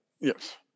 Yes